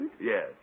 yes